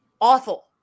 awful